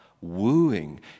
wooing